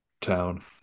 town